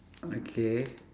okay